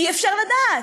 אי-אפשר לדעת.